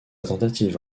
tentative